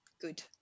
good